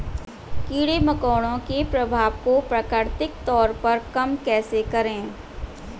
कीड़े मकोड़ों के प्रभाव को प्राकृतिक तौर पर कम कैसे करें?